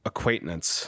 Acquaintance